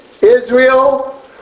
Israel